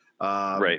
Right